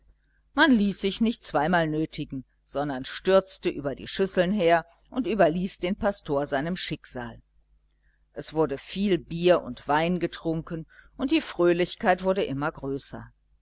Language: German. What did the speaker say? man ließ sich nicht zweimal nötigen sondern stürzte über die schüsseln her und überließ den pastor seinem schicksal es wurde viel bier und wein getrunken und die fröhlichkeit wurde immer größer